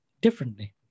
differently